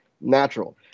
natural